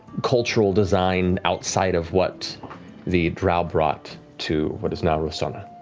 cultural design outside of what the drow brought to what is now rosohna.